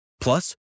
Plus